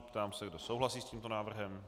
Ptám se, kdo souhlasí s tímto návrhem.